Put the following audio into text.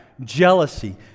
jealousy